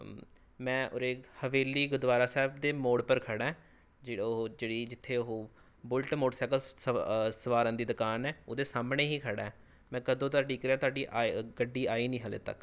ਮੈਂ ਉਰੇ ਹਵੇਲੀ ਗੁਰਦੁਆਰਾ ਸਾਹਿਬ ਦੇ ਮੋੜ ਪਰ ਖੜ੍ਹਾਂ ਜਿਹੜਾ ਉਹ ਜਿਹੜੀ ਜਿੱਥੇ ਉਹ ਬੁਲਟ ਮੋਟਰਸਾਇਕਲ ਸਵਾ ਸੰਵਾਰਨ ਦੀ ਦੁਕਾਨ ਹੈ ਉਹਦੇ ਸਾਹਮਣੇ ਹੀ ਖੜ੍ਹਾਂ ਮੈਂ ਕਦੋਂ ਦਾ ਉਡੀਕ ਰਿਹਾ ਤੁਹਾਡੀ ਆਏ ਗੱਡੀ ਆਈ ਨਹੀਂ ਹਾਲੇ ਤੱਕ